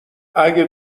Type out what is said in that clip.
اگه